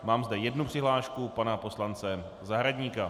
Mám zde jednu přihlášku pana poslance Zahradníka.